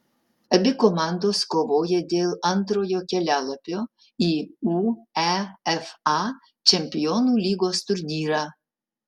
abi komandos kovoja dėl antrojo kelialapio į uefa čempionų lygos turnyrą